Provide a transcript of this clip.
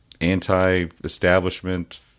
anti-establishment